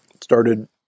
started